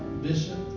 Bishop